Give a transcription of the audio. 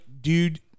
dude –